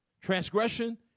transgression